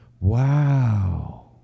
wow